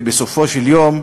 ובסופו של דבר,